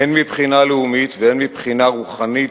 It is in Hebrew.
הן מבחינה לאומית והן מבחינה רוחנית,